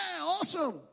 awesome